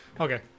Okay